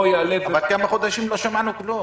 כמה חודשים לא שמענו כלום.